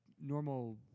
normal